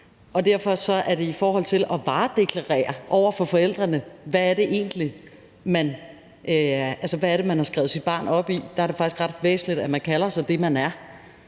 at det er en måde at varedeklarere over for forældrene, hvad det egentlig er, de har indskrevet deres barn i, og det derfor faktisk er ret væsentligt, at man kalder sig det, man er.